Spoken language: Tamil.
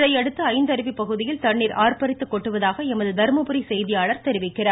இதையடுத்து ஐந்தருவி பகுதியில் தண்ணீர் ஆர்ப்பரித்து கொட்டுவதாக எமது தர்மபுரி செய்தியாளர் தெரிவிக்கிறார்